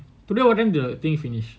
today ordering the thing finish